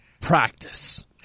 practice